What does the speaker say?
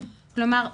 כלומר,